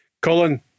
Colin